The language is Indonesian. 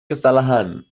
kesalahan